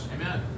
Amen